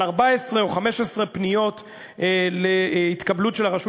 על 14 או 15 פניות להתקבלות של הרשות